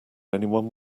anyone